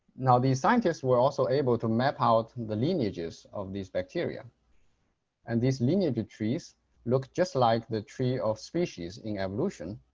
now these scientists were also able to map out the lineages of these bacteria and these linear trees look just like the tree of species in evolution.